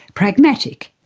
pragmatic,